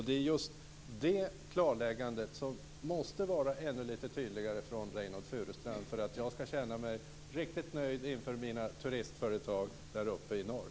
Det är just det klarläggandet som måste vara ännu lite tydligare från Reynoldh Furustrand för att jag ska känna mig riktigt nöjd inför mina turistföretag där uppe i norr.